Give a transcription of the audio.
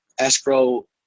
escrow